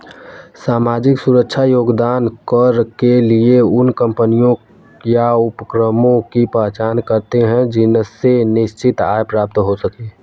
सामाजिक सुरक्षा योगदान कर के लिए उन कम्पनियों या उपक्रमों की पहचान करते हैं जिनसे निश्चित आय प्राप्त हो सके